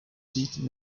seat